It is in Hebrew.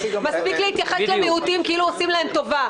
מספיק להתייחס למיעוטים כאילו עושים להם טובה.